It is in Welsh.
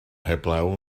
heblaw